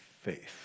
faith